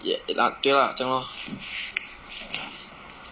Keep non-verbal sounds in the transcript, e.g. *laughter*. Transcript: *noise* ah 对 lah 这样 loh